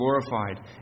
glorified